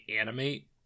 animate